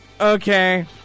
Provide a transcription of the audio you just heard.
okay